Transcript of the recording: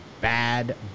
bad